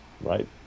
right